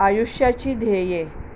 आयुष्याची ध्येये